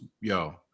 yo